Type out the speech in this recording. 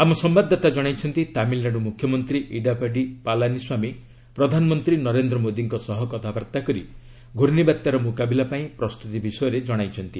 ଆମ ସମ୍ଭାଦଦାତା ଜଣାଇଛନ୍ତି ତାମିଲନାଡ଼ ମୁଖ୍ୟମନ୍ତ୍ରୀ ଇଡାପାଡି ପାଲାମୀସ୍ୱାମୀ ପ୍ରଧାନମନ୍ତ୍ରୀ ନରେନ୍ଦ୍ର ମୋଦିଙ୍କ ସହ କଥାବାର୍ତ୍ତା କରି ଘୁର୍ଷିବାତ୍ୟାର ମ୍ରକାବିଲା ପାଇଁ ପ୍ରସ୍ତତି ବିଷୟରେ ଜଣାଇଛନ୍ତି